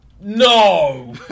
No